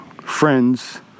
friends